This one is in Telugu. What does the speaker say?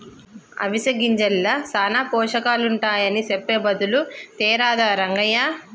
అవిసె గింజల్ల సానా పోషకాలుంటాయని సెప్పె బదులు తేరాదా రంగయ్య